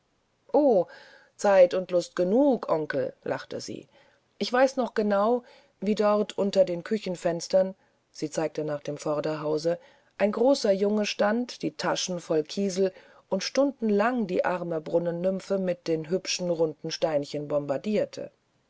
o zeit und lust genug onkel lachte sie ich weiß noch genau wie dort unter den küchenfenstern sie zeigte nach dem vorderhause ein großer junge stand die taschen voll kiesel und stundenlang die arme brunnennymphe mit den hübschen runden steinchen bombardierte